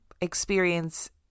experience